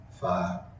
five